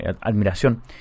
admiración